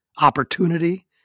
opportunity